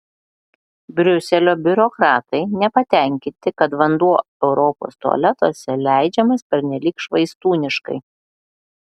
briuselio biurokratai nepatenkinti kad vanduo europos tualetuose leidžiamas pernelyg švaistūniškai